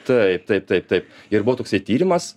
taip taip taip taip ir buvo toksai tyrimas